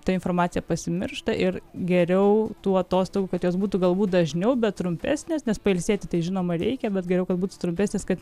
ta informacija pasimiršta ir geriau tų atostogų kad jos būtų galbūt dažniau bet trumpesnės nes pailsėti tai žinoma reikia bet geriau kad būtų trumpesnės kad